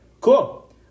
Cool